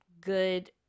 good